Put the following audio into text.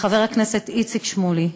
לחבר הכנסת איציק שמולי,